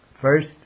First